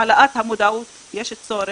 העלאת המודעות, יש צורך.